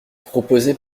proposée